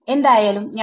എന്തായാലും ഞാൻ